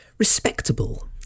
respectable